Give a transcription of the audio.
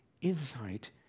insight